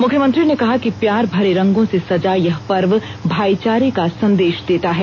मुख्यमंत्री ने कहा कि प्यार भरे रंगों से सजा यह पर्व भाई चारे का संदेश देता है